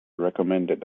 recommended